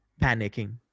panicking